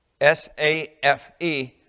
S-A-F-E